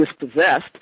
dispossessed